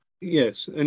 Yes